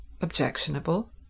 objectionable